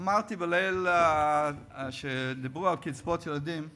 אמרתי, בלילה שדיברו על קצבאות ילדים,